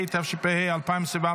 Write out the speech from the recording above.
התשפ"ה 2024,